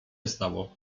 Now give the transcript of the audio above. stało